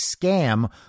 scam